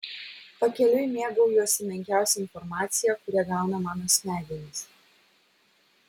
pakeliui mėgaujuosi menkiausia informacija kurią gauna mano smegenys